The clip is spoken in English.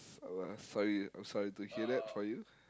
uh sorry I'm sorry to hear that for you